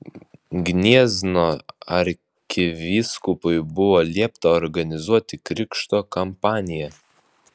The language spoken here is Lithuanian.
gniezno arkivyskupui buvo liepta organizuoti krikšto kampaniją